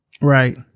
Right